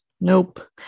nope